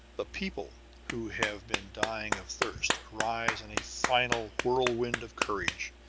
the people who have been dying of thirst arise in a final whirlwind of courage.